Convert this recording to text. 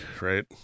right